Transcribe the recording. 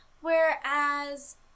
whereas